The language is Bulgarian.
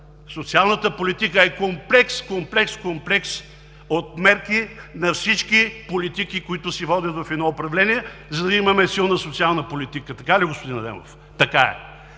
социалната политика е комплекс, комплекс, комплекс, комплекс от мерки на всички политики, които се водят в едно управление, за да имаме силна социална политика. Така ли е, господин Адемов? Така е.